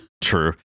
True